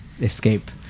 escape